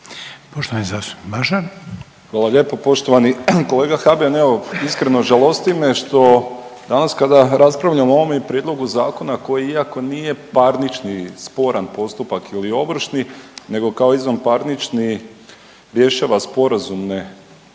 Nikola (HDZ)** Hvala lijepo poštovani kolega Habijan. Evo iskreno žalosti me što, danas kada raspravljamo o ovome i Prijedlogu zakona koji iako nije parnični sporan postupak ili ovršni, nego kao izvanparnični rješava sporazumne